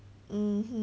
mmhmm